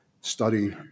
study